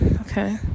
okay